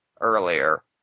earlier